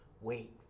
Wait